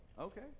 Okay